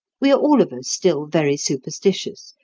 we are all of us still very superstitious,